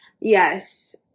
Yes